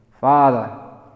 Father